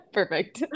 perfect